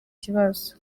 kibazo